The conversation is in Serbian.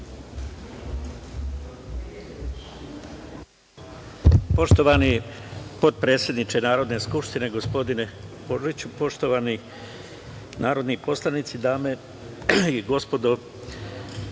Poštovani potpredsedniče Narodne skupštine, gospodine Orliću, poštovani narodni poslanici, dame i gospodo,